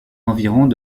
environs